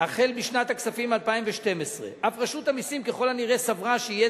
החל בשנת הכספים 2012. אף רשות המסים ככל הנראה סברה שיהיה